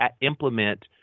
implement